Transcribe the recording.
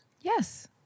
Yes